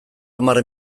hamar